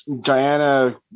Diana